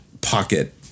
pocket